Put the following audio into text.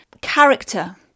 character